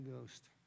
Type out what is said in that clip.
Ghost